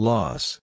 Loss